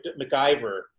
MacGyver